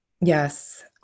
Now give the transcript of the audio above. Yes